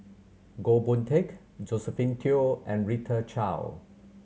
Goh Boon Teck Josephine Teo and Rita Chao